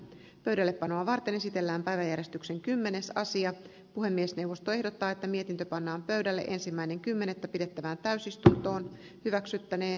pöydällepanoa varten esitellään päiväjärjestyksen kymmenessä asiat puhemiesneuvosto ehdottaa että mietintö pannaan pöydälle ensimmäinen kymmenettä pidettävään täysistuntoon hyväksyttänee